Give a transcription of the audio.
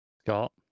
Scott